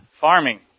farming